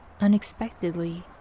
Unexpectedly